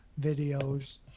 videos